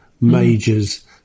majors